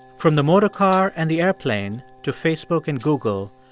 from the motor car and the airplane to facebook and google,